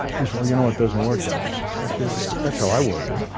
he's well. you know it doesn't work that way i see look that's how i work it.